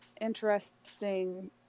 interesting